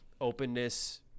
openness